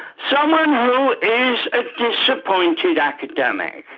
someone who is a disappointed academic,